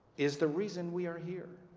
is the reason we are here